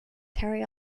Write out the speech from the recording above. terry